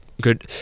good